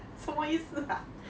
什么意识啊